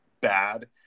bad